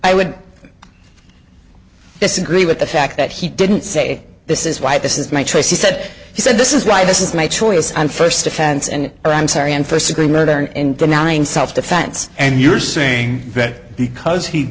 i would disagree with the fact that he didn't say this is why this is my choice he said he said this is why this is my choice and first offense and i am sorry and first degree murder in denying self defense and you're saying that because he